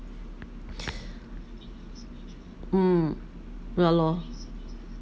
mm ya lor